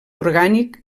orgànic